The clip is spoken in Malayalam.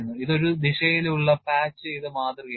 ഇത് ഒരു ദിശയിലുള്ള പാച്ച് ചെയ്ത മാതൃകയാണ്